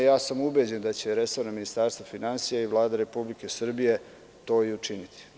Ubeđen sam da će resorno ministarstvo finansija i Vlada Republike Srbije to i učiniti.